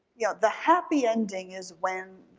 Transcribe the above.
yeah the happy ending is when,